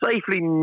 safely